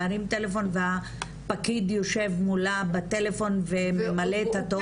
להרים טלפון ופקיד יושב מולה בטלפון וממלא את הטופס במקומה?